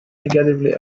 negatively